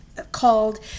called